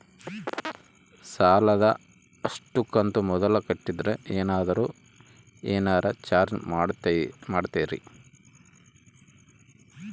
ಸಾಲದ ಅಷ್ಟು ಕಂತು ಮೊದಲ ಕಟ್ಟಿದ್ರ ಏನಾದರೂ ಏನರ ಚಾರ್ಜ್ ಮಾಡುತ್ತೇರಿ?